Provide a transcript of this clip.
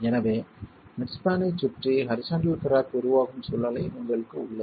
எனவே mid span ஐச் சுற்றி ஹரிசாண்டல் கிராக் உருவாகும் சூழ்நிலை உங்களுக்கு உள்ளது